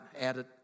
added